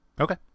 Okay